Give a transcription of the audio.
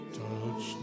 touch